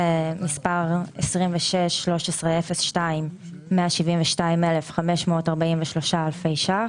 תוכנית 261302, 172,543 אלפי ₪.